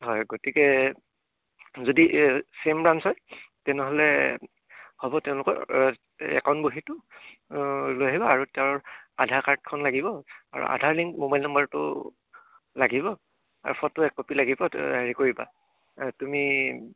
হয় গতিকে যদি চেম ব্ৰাঞ্চ হয় তেনেহ'লে হ'ব তেওঁলোকৰ একাউণ্ট বহীটো লৈ আহিব আৰু তেওঁৰ আধাৰ কাৰ্ডখন লাগিব আৰু আধাৰ লিংক মোবাইল নাম্বাৰটো লাগিব আৰু ফটো এককপি লাগিব হেৰি কৰিবা তুমি